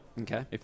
Okay